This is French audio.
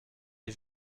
des